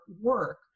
work